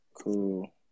Cool